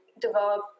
develop